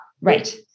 Right